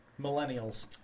Millennials